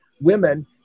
women